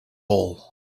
hole